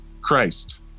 Christ